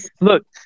look